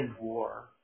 war